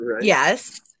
Yes